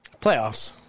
Playoffs